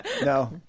No